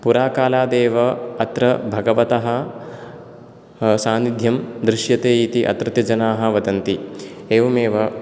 पुराकालादेव अत्र भगवतः सान्निध्यं दृश्यते इति अत्रत्यजनाः वदन्ति एवमेव